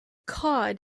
cod